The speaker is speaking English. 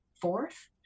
fourth